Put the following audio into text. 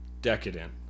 decadent